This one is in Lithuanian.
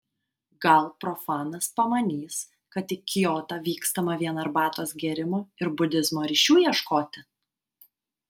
gal profanas pamanys kad į kiotą vykstama vien arbatos gėrimo ir budizmo ryšių ieškoti